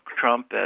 Trump